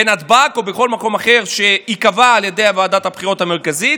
בנתב"ג או בכל מקום אחר שייקבע על ידי ועדת הבחירות המרכזית,